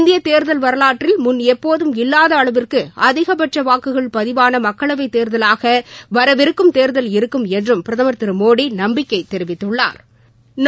இந்திய தேர்தல் வரலாற்றில் முன் எப்போதும் இல்லாத அளவிற்கு அதிகபட்ச வாக்குகள் பதிவாள மக்களவை தேர்தலாக வரவிருக்கும் தேர்தல் இருக்கும் என்றும் பிரதமர் திரு மோடி நம்பிக்கை தெரிவித்துள்ளாா்